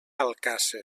alcàsser